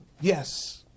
Yes